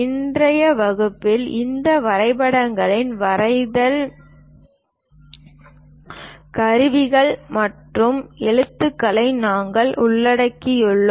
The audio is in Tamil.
இன்றைய வகுப்பில் இந்த வரைபடங்களின் வரைதல் கருவிகள் மற்றும் எழுத்துக்களை நாங்கள் உள்ளடக்கியுள்ளோம்